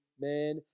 man